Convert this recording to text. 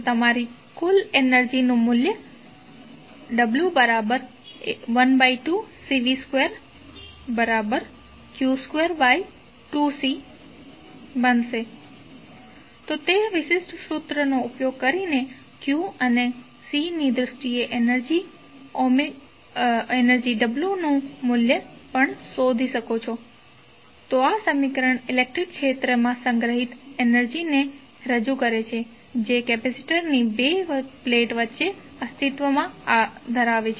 તો તમારી કુલ એનર્જીનુ મૂલ્ય w12Cv2q22C તો તે વિશિષ્ટ સૂત્રનો ઉપયોગ કરીને q અને C ની દ્રષ્ટિએ એનર્જી W નુ મૂલ્ય પણ શોધી શકે છે તો હવે આ સમીકરણ ઇલેક્ટ્રિક ક્ષેત્ર માં સંગ્રહિત એનર્જીને રજૂ કરે છે જે કેપેસિટરની બે પ્લેટ વચ્ચે અસ્તિત્વ ધરાવે છે